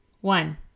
one